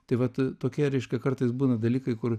tai vat tokie reiškia kartais būna dalykai kur